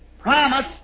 promise